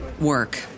work